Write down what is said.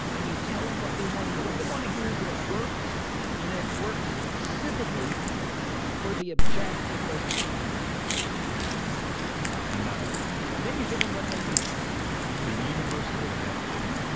and you tell them what they want to hear. what they want to hear is that it works and it works specifically for the objective they've come to you for yeah and then you give them what they need the universal objective.